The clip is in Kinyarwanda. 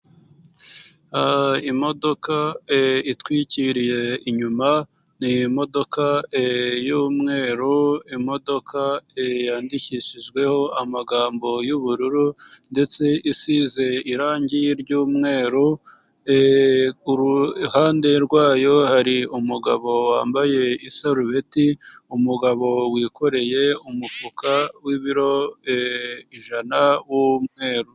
Imodoka itwikiriye inyuma ni imodoka y'umweru imodoka yandikishijweho amagambo y'ubururu ndetse isize irangi ry'umweru, kuruhande rwayo hari umugabo wambaye isarubeti 'umugabo wikoreye umufuka w'ibiro ijana w'umweru.